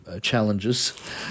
challenges